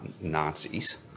Nazis